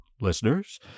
listeners